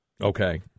Okay